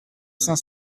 cinq